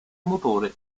motore